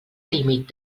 límit